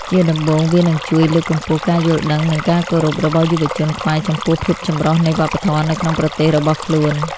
ជាដំបូង វានឹងជួយលើកកម្ពស់ការយល់ដឹងនិងការគោរពរបស់យុវជនខ្មែរចំពោះភាពចម្រុះនៃវប្បធម៌នៅក្នុងប្រទេសរបស់ខ្លួន។